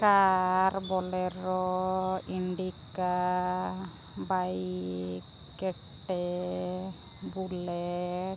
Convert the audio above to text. ᱠᱟᱨ Bolero Indica bike ᱠᱮᱴᱮ bullet